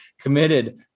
committed